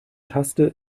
taste